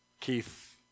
Keith